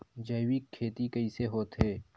जैविक खेती कइसे होथे?